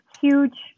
huge